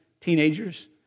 teenagers